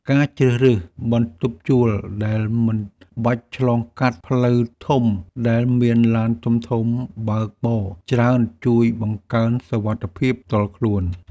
ការជ្រើសរើសបន្ទប់ជួលដែលមិនបាច់ឆ្លងកាត់ផ្លូវធំដែលមានឡានធំៗបើកបរច្រើន ជួយបង្កើនសុវត្ថិភាពផ្ទាល់ខ្លួន។